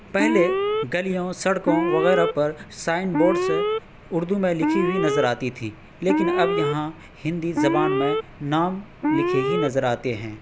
پہلے گلیوں سڑکوں وغیرہ پر سائن بورڈس اردو میں لکھی ہوئی نظر آتی تھی لیکن اب یہاں ہندی زبان میں نام لکھے ہی نظر آتے ہیں